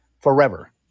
forever